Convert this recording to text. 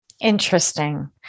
Interesting